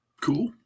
Cool